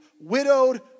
widowed